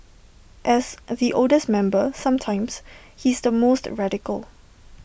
as the oldest member sometimes he's the most radical